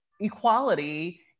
equality